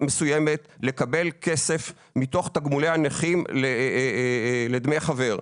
מסוימת לקבל כסף מתוך תגמולי הנכים לדמי חבר.